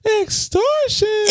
Extortion